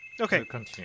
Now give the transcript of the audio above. Okay